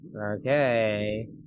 Okay